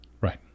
Right